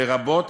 לרבות